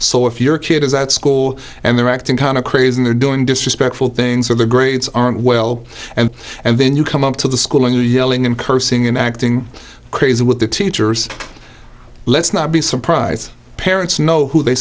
so if your kid is at school and they're acting kind of crazy and they're doing disrespectful things or the grades aren't well and and then you come up to the school and you're yelling and cursing and acting crazy with the team let's not be surprised parents know who they